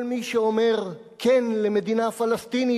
כל מי שאומר "כן" למדינה פלסטינית,